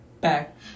back